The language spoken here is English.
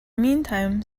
meantime